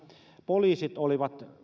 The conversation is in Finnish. poliisit olivat